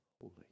holy